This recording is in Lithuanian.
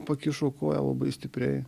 pakišo koją labai stipriai